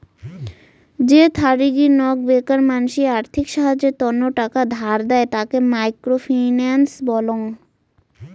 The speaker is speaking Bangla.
যে থারিগী নক বেকার মানসি আর্থিক সাহায্যের তন্ন টাকা ধার দেয়, তাকে মাইক্রো ফিন্যান্স বলং